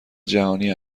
جهانی